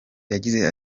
yagize